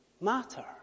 matter